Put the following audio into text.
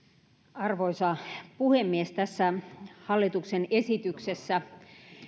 arvoisa puhemies tässä hallituksen esityksessä